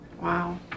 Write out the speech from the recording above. Wow